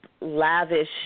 lavish